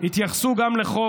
התייחסו גם לחוק,